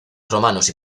romanos